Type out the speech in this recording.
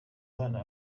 abana